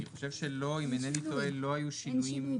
אני חושב שלא, אם אינני טועה לא היו שינויים.